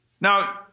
Now